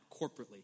corporately